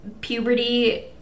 puberty